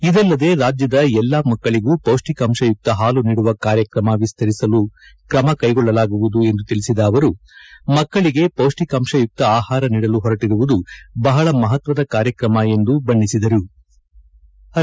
ಇದಲ್ಲದೆ ರಾಜ್ಯದ ಎಲ್ಲಾ ಮಕ್ಕಳಿಗೂ ಪೌಷ್ಟಿಕಾಂಶಯುಕ್ತ ಹಾಲು ನೀಡುವ ಕಾರ್ಯಕ್ರಮ ವಿಸ್ತರಿಸಲು ಕ್ರಮ ಕೈಗೊಳ್ಳಲಾಗುವುದು ಎಂದು ತಿಳಿಸಿದ ಅವರು ಮಕ್ಕಳಿಗೆ ಪೌಷ್ವಿಕಾಂಶ ಯುಕ್ತ ಆಹಾರ ನೀಡಲು ಹೊರಟಿರುವುದು ಬಹಳ ಮಹತ್ವದ ಕಾರ್ಯಕ್ರಮ ಎಂದು ಸಚಿವ ಸುರೇಶ್ ಕುಮಾರ್ ಮೆಚ್ಚುಗೆ ವ್ಯಕ್ತಪದಿಸಿದರು